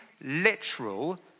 literal